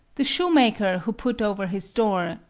the shoemaker who put over his door,